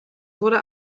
wurde